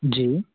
जी